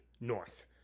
North